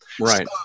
Right